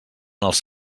els